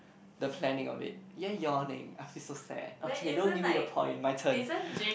the planning of it you're yawning I feel so sad okay don't give me the point my turn